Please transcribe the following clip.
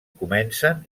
comencen